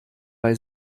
bei